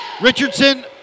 Richardson